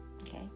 Okay